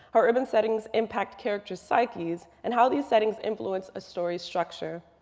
how urban settings impact characters psyches' and how these settings influence a story structure.